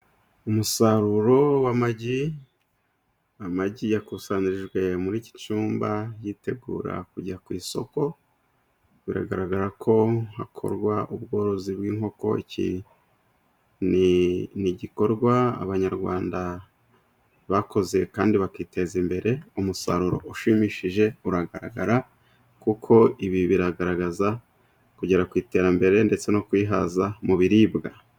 Umusaruro w'amagi, amagi yakusanirijwe muri iki cyumba yitegura kujya ku isoko. Biragaragara ko hakorwa ubworozi bw'inkoko. Iki ni igikorwa Abanyarwanda bakoze kandi bakiteza imbere. Umusaruro ushimishije uragaragara kuko ibi biragaragaza kugera ku iterambere ndetse no kwihaza mu biribwa.